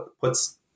puts